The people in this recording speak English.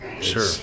sure